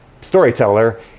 storyteller